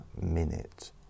minute